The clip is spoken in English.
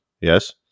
Yes